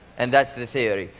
and that's the theory.